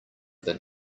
than